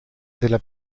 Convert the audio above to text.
della